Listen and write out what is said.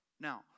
Now